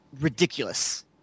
ridiculous